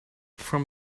from